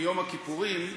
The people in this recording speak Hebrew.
ביום הכיפורים,